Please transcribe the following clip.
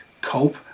cope